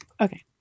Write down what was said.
okay